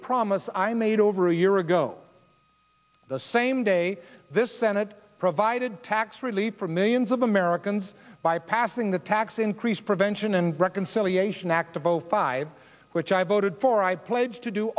promise i made over a year ago the same day this senate provided tax relief for millions of americans by passing the tax increase prevention and reconciliation act of zero five which i voted for i pledge to do